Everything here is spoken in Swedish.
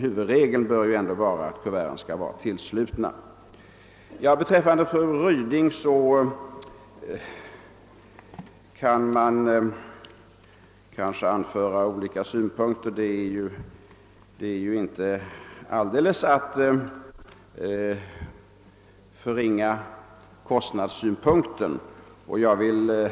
Huvudregeln bör alltså vara att kuverten skall vara tillslutna. Gentemot fru Rydings argumentation skulle jag kunna anföra flera olika synpunkter. Man bör inte helt förringa invändningen om kostnaderna.